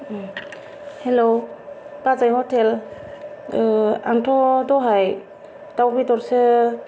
हेल' बाजै हटेल आंथ' दहाय दाउ बेदरसो